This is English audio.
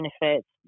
benefits